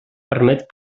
permet